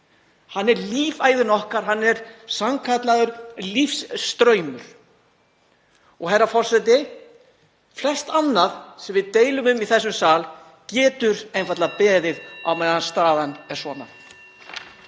Hann er lífæð okkar, hann er sannkallaður lífsstraumur. Herra forseti. Flest annað sem við deilum um í þessum sal getur einfaldlega beðið á meðan staðan er svona.